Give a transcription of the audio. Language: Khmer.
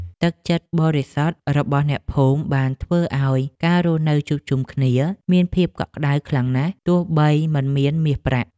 ទឹកចិត្តដ៏បរិសុទ្ធរបស់អ្នកភូមិបានធ្វើឱ្យការរស់នៅជួបជុំគ្នាមានភាពកក់ក្ដៅខ្លាំងណាស់ទោះបីមិនមានមាសប្រាក់។